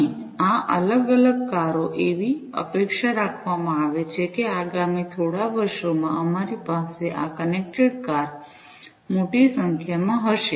અને આ અલગ અલગ કારો એવી અપેક્ષા રાખવામાં આવે છે કે આગામી થોડા વર્ષોમાં અમારી પાસે આ કનેક્ટેડ કાર મોટી સંખ્યામાં હશે